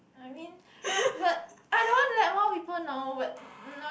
I mean but I don't want let more people know but